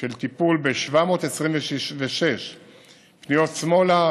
של טיפול ב-726 פניות שמאלה,